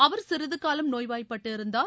அவர் சிறிது காலம் நோய்வாய்ப்பட்டிருந்தார்